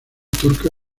turca